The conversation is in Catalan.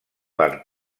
per